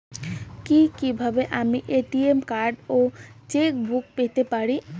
কি কিভাবে আমি এ.টি.এম কার্ড ও চেক বুক পেতে পারি?